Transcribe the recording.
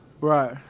Right